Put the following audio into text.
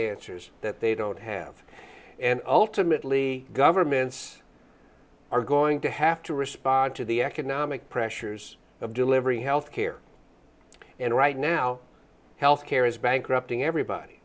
answers that they don't have and ultimately governments are going to have to respond to the economic pressures of delivering health care and right now health care is bankrupting everybody